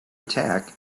attack